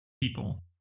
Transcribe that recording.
people